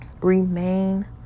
remain